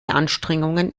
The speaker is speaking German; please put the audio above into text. anstrengungen